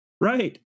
right